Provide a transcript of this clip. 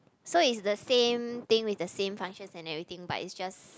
so it's the same thing with the same functions and everything but it's just